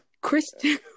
Kristen